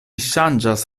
ŝanĝas